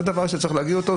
זה דבר שצריך להגיד אותו,